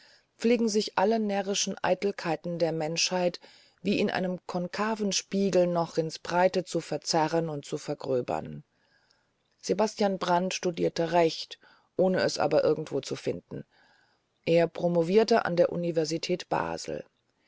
pflegen sich alle närrischen eitelkeiten der menschheit wie in einem konkaven spiegel noch ins breite zu verzerren und zu vergröbern sebastian brant studierte recht ohne es irgendwo zu finden er promovierte an der universität basel